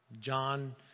John